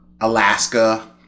Alaska